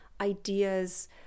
ideas